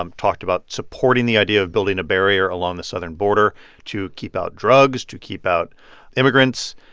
um talked about supporting the idea of building a barrier along the southern border to keep out drugs, to keep out immigrants.